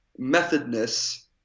methodness